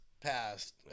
passed